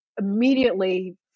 immediately